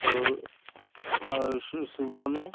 तो सुबह में